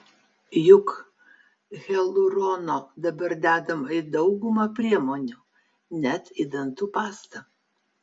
juk hialurono dabar dedama į daugumą priemonių net į dantų pastą